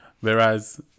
Whereas